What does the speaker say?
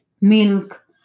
milk